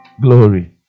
Glory